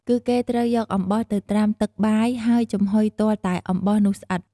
គឺគេត្រូវយកអំបោះទៅត្រាំទឹកបាយហើយចំហុយទាល់តែអំបោះនោះស្អិត។